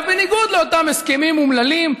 תסתכל על הגנים הלאומיים,